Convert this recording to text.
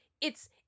it's-